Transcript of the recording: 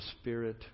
spirit